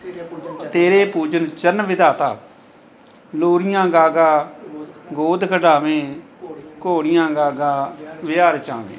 ਤੇਰੇ ਪੂਜਨ ਚਰਨ ਵਿਧਾਤਾ ਲੋਰੀਆਂ ਗਾ ਗਾ ਗੋਦ ਖਿਡਾਵੇ ਘੋੜੀਆਂ ਗਾ ਗਾ ਵਿਆਹ ਰਚਾਵੇ